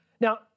Now